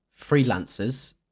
freelancers